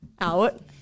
out